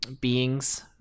beings